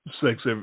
sex